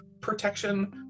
protection